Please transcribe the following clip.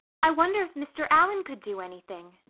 i wonder if mr. allan could do anything,